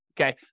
okay